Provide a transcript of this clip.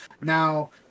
Now